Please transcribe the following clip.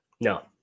No